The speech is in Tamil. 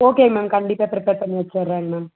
ஓகேங்க மேம் கண்டிப்பாக ப்ரிப்பர் பண்ணி வச்சுட்றேங்க மேம்